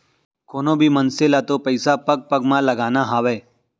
कोनों भी मनसे ल तो पइसा पग पग म लगाना हावय